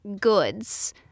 goods